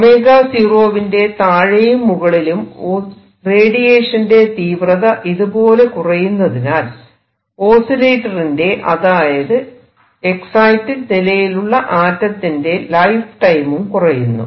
𝞈0 വിന്റെ താഴെയും മുകളിലും റേഡിയേഷന്റെ തീവ്രത ഇതുപോലെ കുറയുന്നതിനാൽ ഓസിലേറ്ററിന്റെ അതായത് എക്സൈറ്റഡ് നിലയിലുള്ള ആറ്റത്തിന്റെ ലൈഫ് ടൈമും കുറയുന്നു